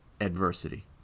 adversity